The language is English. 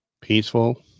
Peaceful